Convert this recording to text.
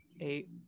eight